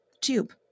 tube